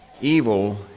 evil